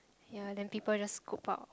ya then people just scoop up